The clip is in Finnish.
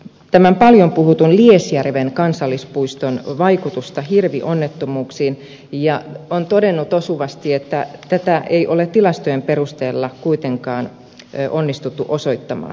tämän paljon puhutun liesjärven kansallispuiston vaikutuksesta hirvionnettomuuksiin että vaikutusta ei ole tilastojen perusteella kuitenkaan onnistuttu osoittamaan